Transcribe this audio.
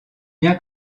bien